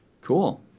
Cool